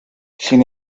sin